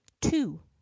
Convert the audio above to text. two